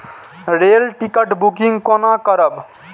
Rail ticket booking कोना करब?